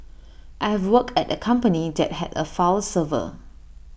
I have worked at A company that had A file server